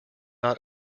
not